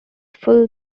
full